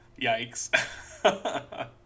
Yikes